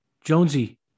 Jonesy